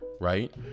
Right